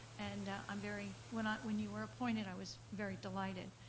and i'm very, when ah when you were appointed, i was very delighted,